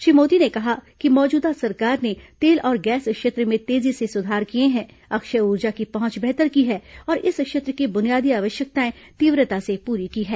श्री मोदी ने कहा कि मौजूदा सरकार ने तेल और गैस क्षेत्र में तेजी से सुधार किए हैं अक्षय ऊर्जा की पहुंच बेहतर की है और इस क्षेत्र की बुनियादी आवश्यकताएं तीव्रता से पूरी की है